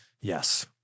yes